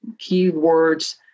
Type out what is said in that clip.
keywords